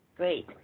Great